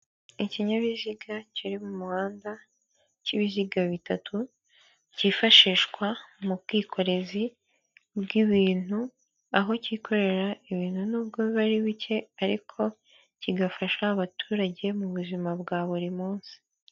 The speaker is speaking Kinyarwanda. Ikinyabiziga kiri mu muhanda cy'ibiziga bitatu cyifashishwa mu bwikorezi bw'ibintu aho cyikorera ibintu n'ubwo biba ari bike ariko kigafasha abaturage mu buzima bwa buri munsi.